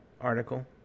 article